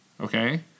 okay